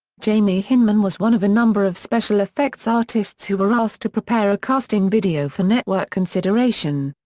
jamie hyneman was one of a number of special effects artists who were asked to prepare a casting video for network consideration.